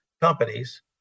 companies